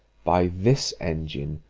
by this engine,